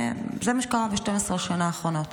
זה מה שקרה ב-12 השנים האחרונות.